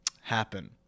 happen